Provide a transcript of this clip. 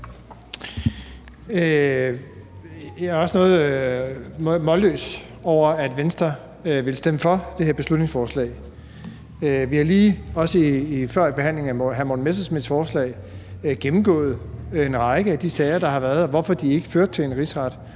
noget målløs over, at Venstre vil stemme for det her beslutningsforslag. Vi har lige, også før under behandlingen af hr. Morten Messerschmidts forslag, gennemgået en række af de sager, der har været, og hvorfor de ikke førte til en rigsret.